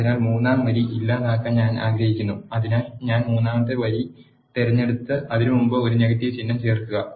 അതിനാൽ മൂന്നാം വരി ഇല്ലാതാക്കാൻ ഞാൻ ആഗ്രഹിക്കുന്നു അതിനാൽ ഞാൻ മൂന്നാമത്തെ വരി തിരഞ്ഞെടുത്ത് അതിനുമുമ്പ് ഒരു നെഗറ്റീവ് ചിഹ്നം ചേർക്കുക